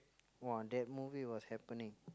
!wow! that movie was happening